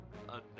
unknown